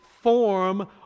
form